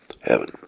heaven